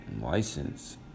license